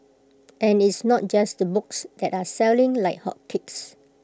and it's not just the books that are selling like hotcakes